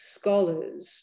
scholars